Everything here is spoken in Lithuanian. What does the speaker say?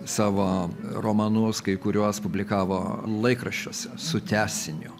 savo romanus kai kuriuos publikavo laikraščiuose su tęsiniu